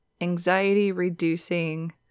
anxiety-reducing